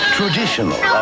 traditional